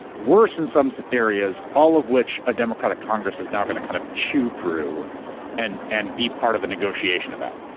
worse in some some areas, all of which a democratic congress is now gonna kind of chew through and and be part of a negotiation about.